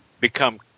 become